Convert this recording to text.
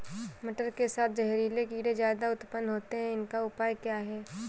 मटर के साथ जहरीले कीड़े ज्यादा उत्पन्न होते हैं इनका उपाय क्या है?